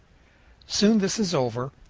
soon this is over,